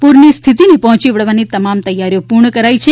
પૂરની સ્થિતિને પહોંચી વળવાની તમામ તૈયારીઓ પૂર્ણ કરાઇ છે